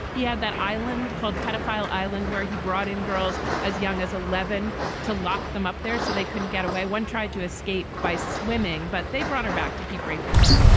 he had that island called pedophile island, where he brought in girls as young as eleven to lock them up there so they couldn't get away. one tried to escape by swimming, but they brought her back to keep raping her.